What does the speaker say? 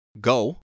go